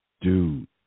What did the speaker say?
Dude